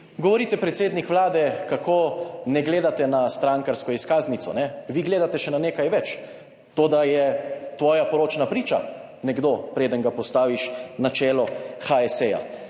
Govorite, predsednik Vlade, kako ne gledate na strankarsko izkaznico. Vi gledate še na nekaj več, to, da je tvoja poročna priča nekdo, preden ga postaviš na čelo HSE.